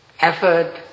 effort